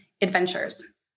adventures